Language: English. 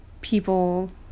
people